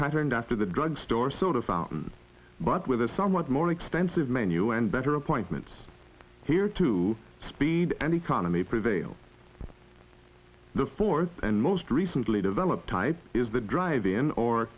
patterned after the drugstore soda fountain but with a somewhat more extensive menu and better appointments here to speed and economy prevail the fourth and most recently developed type is the drive in or